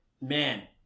Man